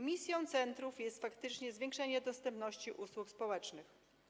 Misją centrów jest faktycznie zwiększanie dostępności usług społecznych.